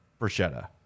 bruschetta